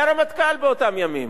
היה רמטכ"ל באותם ימים.